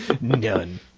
none